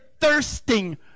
thirsting